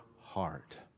heart